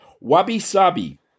wabi-sabi